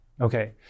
Okay